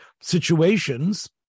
situations